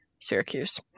Syracuse